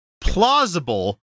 plausible